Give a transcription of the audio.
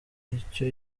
icyo